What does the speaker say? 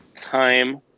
time